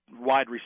wide